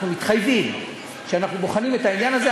אנחנו מתחייבים לכך שאנחנו בוחנים את העניין הזה.